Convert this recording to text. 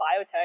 biotech